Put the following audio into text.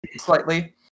slightly